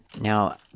Now